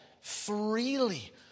freely